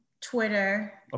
Twitter